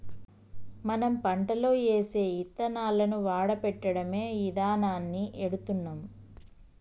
మనం పంటలో ఏసే యిత్తనాలను వాడపెట్టడమే ఇదానాన్ని ఎడుతున్నాం